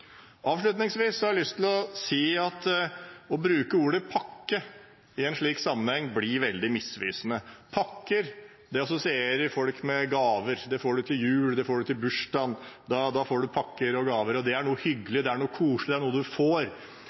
har jeg lyst til å si at å bruke ordet «pakke» i en slik sammenheng blir veldig misvisende. Pakker assosierer folk med gaver. Det får man til jul, det får man til bursdager – da får man pakker og gaver, og det er noe hyggelig, det er noe koselig, det er noe man får.